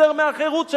יותר מהחירות שלהם.